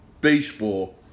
baseball